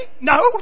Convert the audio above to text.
no